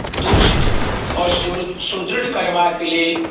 दुरुस्त आओर सु सुदृढ़ करबाके लेल